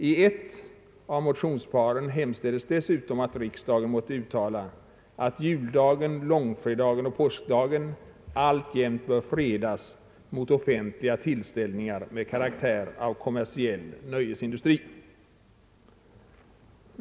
I ett av motionsparen hemställs dessutom att riksdagen måtte uttala att juldagen, långfredagen och påskdagen alltjämt bör fredas mot offentliga tillställningar med karaktär av kommersiell nöjesindustri.